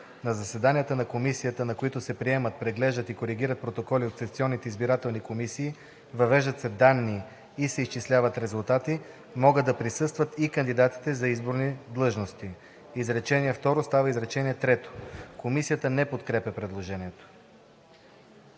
„На заседанията на Комисията, на които се приемат, преглеждат или коригират протоколи от секционните избирателни комисии, въвеждат се данни и се изчисляват резултати, могат да присъстват и кандидатите за изборни длъжности.“ Изречение второ става изречение трето.“ Комисията не подкрепя предложението.